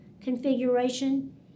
configuration